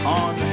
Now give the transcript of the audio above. on